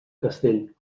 castell